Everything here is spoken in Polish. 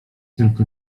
tylko